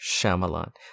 Shyamalan